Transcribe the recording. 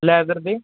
leather ਦੇ